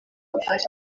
ari